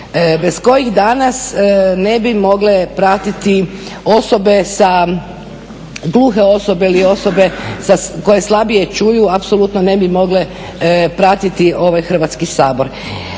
bez kojih danas ne bi mogle pratiti gluhe osobe ili osobe koje slabije čuju apsolutno ne bi mogle pratiti ovaj Hrvatski sabor.